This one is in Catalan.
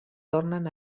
tornen